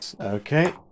Okay